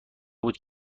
بود